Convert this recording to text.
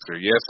Yes